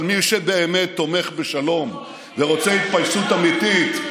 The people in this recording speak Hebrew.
אבל מי שתומך בשלום ורוצה התפייסות אמיתית,